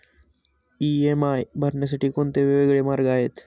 EMI भरण्यासाठी कोणते वेगवेगळे मार्ग आहेत?